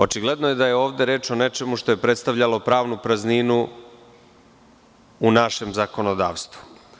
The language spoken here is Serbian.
Očigledno je da je ovde reč o nečemu što je predstavljalo pravnu prazninu u našem zakonodavstvu.